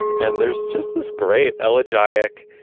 and there's just this great elegiac,